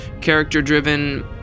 character-driven